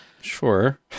Sure